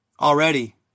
Already